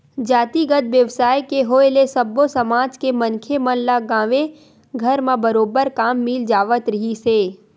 जातिगत बेवसाय के होय ले सब्बो समाज के मनखे मन ल गाँवे घर म बरोबर काम मिल जावत रिहिस हे